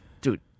dude